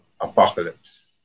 apocalypse